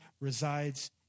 resides